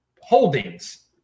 holdings